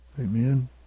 Amen